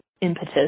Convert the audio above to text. impetus